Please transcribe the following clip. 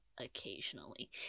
occasionally